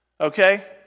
Okay